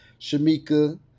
Shamika